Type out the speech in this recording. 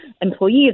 employees